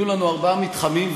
יהיו לנו ארבעה מתחמים,